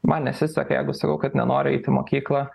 man nesiseka jeigu sakau kad nenoriu eit į mokyklą